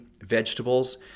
vegetables